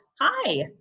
Hi